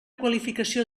qualificació